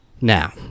now